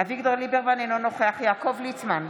אביגדור ליברמן, אינו נוכח יעקב ליצמן,